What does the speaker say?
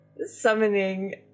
summoning